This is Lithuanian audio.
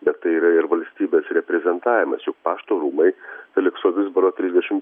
bet tai yra ir valstybės reprezentavimas juk pašto rūmai felikso vizbaro trisdešim